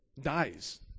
dies